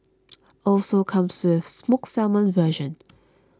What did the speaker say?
also comes with smoked salmon version